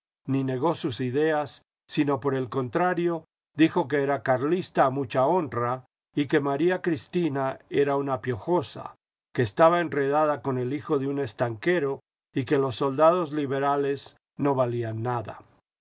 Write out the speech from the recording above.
ni negó sus ideas sino por el contrario dijo que era carlista a mucha honra y que maría cristina era una piojosa que estaba enredada con el hijo de un estanquero y que los soldados liberales no valían nada